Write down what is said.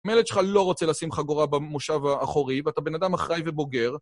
ילד שלך לא רוצה לשים לך חגורה במושב האחורי ואתה בן אדם אחראי ובוגר.